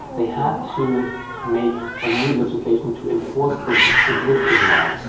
they had to make ah new legislation to enforce its existing law.